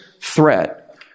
threat